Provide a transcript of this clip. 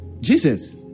Jesus